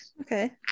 okay